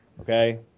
Okay